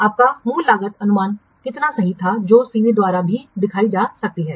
आपका मूल लागत अनुमान कितना सही था जो सीवी द्वारा भी दिखाई जा सकती है